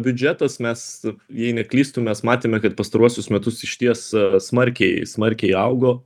biudžetas mes jei neklystu mes matėme kad pastaruosius metus išties smarkiai smarkiai augo